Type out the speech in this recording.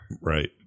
right